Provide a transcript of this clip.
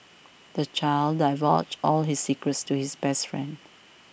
the child divulged all his secrets to his best friend